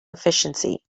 efficiency